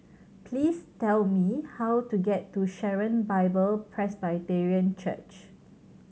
please tell me how to get to Sharon Bible Presbyterian Church